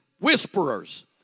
whisperers